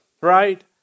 Right